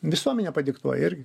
visuomenė padiktuoja ir